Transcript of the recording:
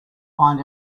find